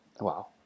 wow